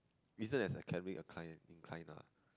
isn't as academically inclined lah